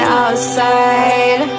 outside